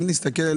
אם נסתכל,